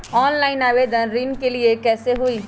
Online आवेदन ऋन के लिए कैसे हुई?